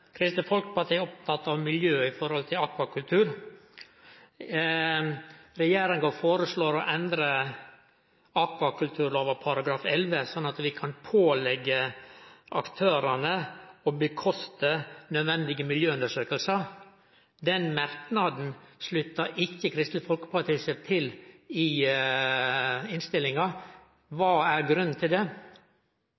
Kristeleg Folkeparti er opptatt av miljø når det kjem til akvakultur. Regjeringa foreslår å endre akvakulturlova § 11 sånn at vi kan påleggje aktørane å betale nødvendige miljøundersøkingar. Den merknaden sluttar ikkje Kristeleg Folkeparti seg til i innstillinga.